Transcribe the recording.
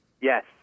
Yes